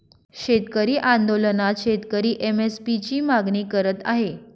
शेतकरी आंदोलनात शेतकरी एम.एस.पी ची मागणी करत आहे